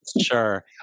Sure